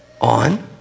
on